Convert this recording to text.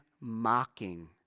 mocking